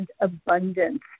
abundance